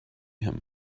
him